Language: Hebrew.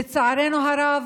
לצערנו הרב,